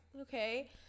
Okay